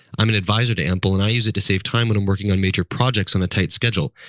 i'm an advisor to ample, and i use it to save time when i'm working on major projects on a tight schedule.